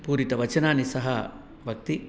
पूरितवचनानि सः वक्ति